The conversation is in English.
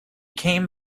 came